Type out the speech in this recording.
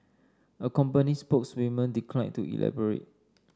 a company spokeswoman declined to elaborate